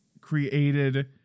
created